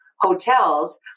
hotels